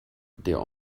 der